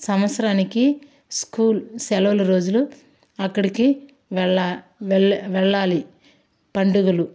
సంవత్సరానికి స్కూల్ సెలవుల రోజులు అక్కడికి వెళ్ళ వెళ్ళే వెళ్ళాలి పండుగలు